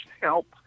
help